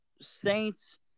Saints